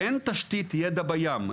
אין תשתית ידע בים.